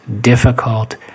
difficult